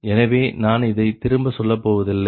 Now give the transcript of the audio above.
எனவே நான் இதை திரும்ப சொல்லப்போவதில்லை